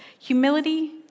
Humility